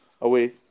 away